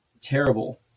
Terrible